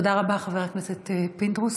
תודה רבה, חבר הכנסת פינדרוס.